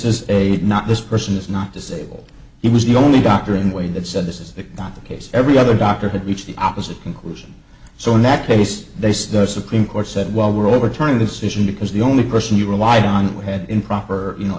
is a not this person is not disabled he was the only doctor in the way that said this is that not the case every other doctor had reached the opposite conclusion so in that case they said the supreme court said well we're overturning decision because the only person you relied on had improper you know